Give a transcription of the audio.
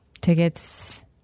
tickets